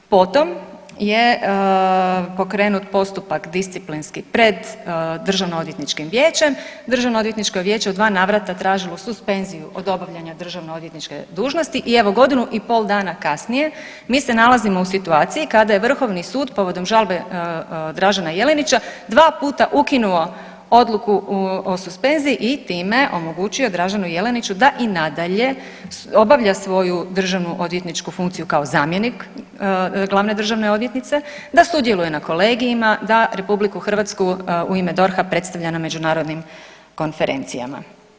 Potom je pokrenut postupak disciplinski pred Državno odvjetničkim vijećem, Državno odvjetničko vijeće je u 2 navrata tražilo suspenziju od obavljanja državno odvjetničke dužnosti i evo godinu i pol dana kasnije mi se nalazimo u situaciji kada je Vrhovni sud povodom žalbe Dražena Jelenića 2 puta ukinuo odluku o suspenziji i time omogućio Draženu Jeleniću da i nadalje obavlja svoju državnu odvjetničku funkciju kao zamjenik glavne državne odvjetnice, da sudjeluje na kolegijima, da RH u ime DORH-a predstavlja na međunarodnim konferencijama.